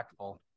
impactful